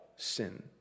sin